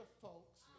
folks